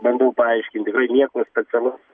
bandau paaiškinti tikrai nieko specialaus